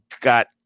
got